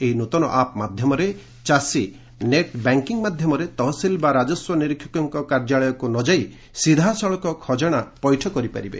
ଏହି ନୂତନ ଆପ୍ ମାଧ୍ଧମରେ ଚାଷୀ ନେଟ୍ ବ୍ୟାକିଙ୍ ମାଧ୍ଧମରେ ତହସିଲ ବା ରାଜସ୍ୱ ନିରୀକ୍ଷକଙ୍ଙ କାର୍ଯ୍ୟାଳୟକୁ ନ ଯାଇ ସିଧାସଳଖ ଖଜଶା ପେଠ କରିପାରିବେ